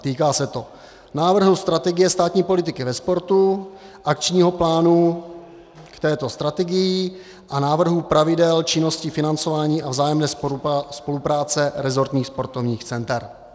Týká se to návrhu strategie státní politiky ve sportu, akčního plánu k této strategii a návrhu pravidel činnosti, financování a vzájemné spolupráce resortních sportovních center.